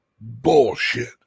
bullshit